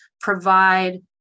provide